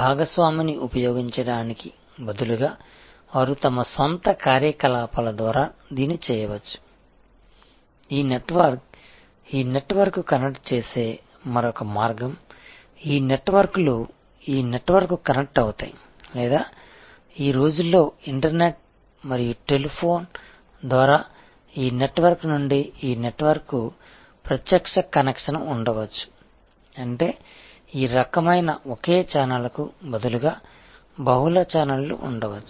భాగస్వామిని ఉపయోగించడానికి బదులుగా వారు తమ స్వంత కార్యాలయాల ద్వారా దీన్ని చేయవచ్చు ఈ నెట్వర్క్ ఈ నెట్వర్క్కు కనెక్ట్ చేసే మరొక మార్గం ఈ నెట్వర్క్లు ఈ నెట్వర్క్కు కనెక్ట్ అవుతాయి లేదా ఈ రోజుల్లో ఇంటర్నెట్ మరియు టెలిఫోన్ ద్వారా ఈ నెట్వర్క్ నుండి ఈ నెట్వర్క్కు ప్రత్యక్ష కనెక్షన్ ఉండవచ్చు అంటే ఈ రకమైన ఒకే ఛానెల్కు బదులుగా బహుళ ఛానల్లు ఉండవచ్చు